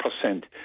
percent